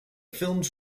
films